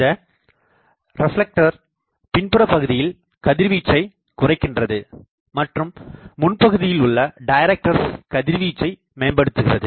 இந்த ரெப்லெக்டர் பின்புறபகுதியில் கதிர்வீச்சை குறைக்கின்றது மற்றும் முன்பகுதியில் உள்ள டைரக்டர்ஸ் கதிர்வீச்சை மேம்படுத்துகிறது